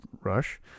Rush